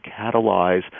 catalyze